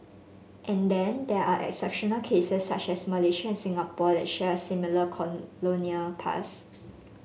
and then there are exceptional cases such as Malaysia and Singapore that share similar colonial past